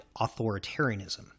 authoritarianism